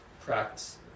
practice